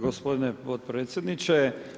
gospodine potpredsjedniče.